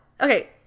Okay